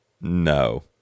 No